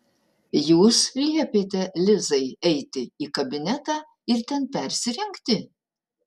jūs liepėte lizai eiti į kabinetą ir ten persirengti